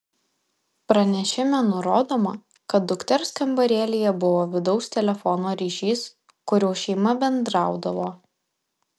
pranešime nurodoma kad dukters kambarėlyje buvo vidaus telefono ryšys kuriuo šeima bendraudavo